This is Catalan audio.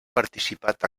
participat